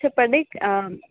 చెప్పండి